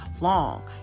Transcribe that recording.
long